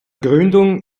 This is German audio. gründung